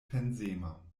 pensema